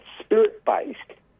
spirit-based